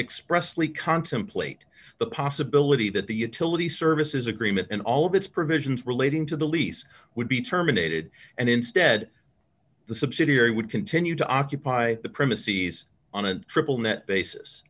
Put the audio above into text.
expressly contemplate the possibility that the utility services agreement and all of its provisions relating to the lease would be terminated and instead the subsidiary would continue to occupy the primacy s on a triple net basis